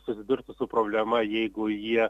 susidurtų su problema jeigu jie